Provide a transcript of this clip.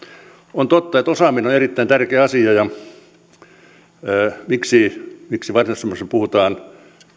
on totta että osaaminen on erittäin tärkeä asia ja miksi varsinais suomessa puhutaan